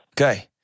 Okay